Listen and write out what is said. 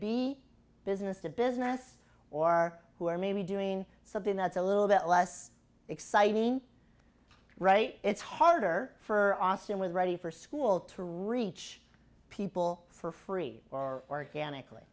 be business to business or who are maybe doing something that's a little bit less exciting right it's harder for austin was ready for school to reach people for free or organically